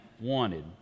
wanted